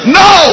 no